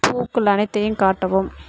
பூக்கள் அனைத்தையும் காட்டவும்